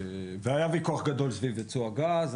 והיה ויכוח גדול סביב ייצוא הגז.